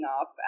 Up